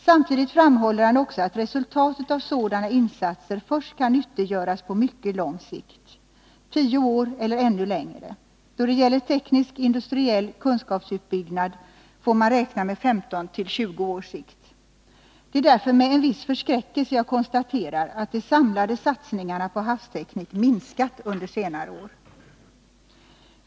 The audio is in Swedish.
Samtidigt framhåller Jan-Olof Karlsson också att resultatet av sådana insatser kan nyttiggöras på mycket lång sikt — tio år eller ännu längre. Då det gäller teknisk industriell kunskapsutbyggnad får man räkna med 15-20 års sikt. Det är därför med en viss förskräckelse jag konstaterar att de samlade satsningarna på havsteknik minskat under senare år.